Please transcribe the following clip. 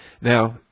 Now